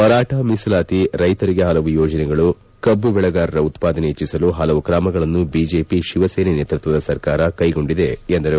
ಮರಾಠ ಮೀಸಲಾತಿ ರೈಶರಿಗೆ ಪಲವು ಯೋಜನೆಗಳು ಕಬ್ಬು ಬೆಳೆಗಾರರ ಉತ್ಪಾದನೆ ಹೆಚ್ಚಿಸಲು ಪಲವು ಕ್ರಮಗಳನ್ನು ಬಿಜೆಪಿ ಶಿವಸೇನೆ ನೇತ್ಪತ್ವದ ಸರ್ಕಾರ ಕ್ಟೆಗೊಂಡಿದೆ ಎಂದರು